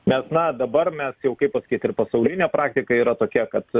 mes na dabar mes jau kaip pasakyt ir pasaulinė praktika yra tokia kad